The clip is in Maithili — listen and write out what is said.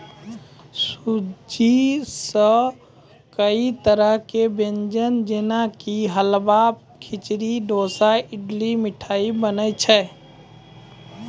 सूजी सॅ कई तरह के व्यंजन जेना कि हलवा, खिचड़ी, डोसा, इडली, मिठाई बनै छै